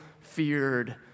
feared